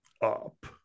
up